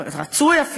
רצוי,